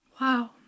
Wow